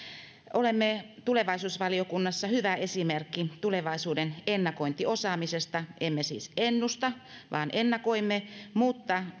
olemme tulevaisuusvaliokunnassa hyvä esimerkki tulevaisuuden ennakoinnin osaamisesta emme siis ennusta vaan ennakoimme mutta